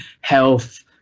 health